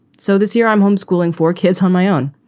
so this year i'm homeschooling four kids on my own.